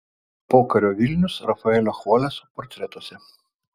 pokario vilnius rafaelio chvoleso portretuose